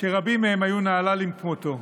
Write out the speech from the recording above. שרבים מהם היו נהללים כמותו.